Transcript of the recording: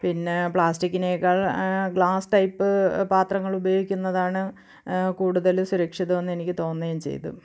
പിന്നെ പ്ലാസ്റ്റിക്കിനേക്കാൾ glass type പാത്രങ്ങളുപയോഗിക്കുന്നതാണ് കൂടുതൽ സുരക്ഷിതമെന്നെനിക്കു തോന്നുകയും ചെയ്തു